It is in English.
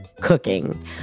cooking